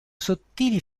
sottili